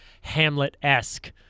hamlet-esque